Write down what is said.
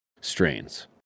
strains